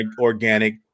organic